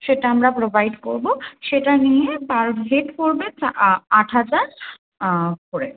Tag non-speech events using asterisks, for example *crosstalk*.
সেটা আমরা প্রোভাইড করব সেটা নিয়ে পার রেট পড়বে *unintelligible* আ আট হাজার করে